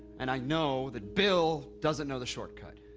and i know that bill doesn't know the shortcut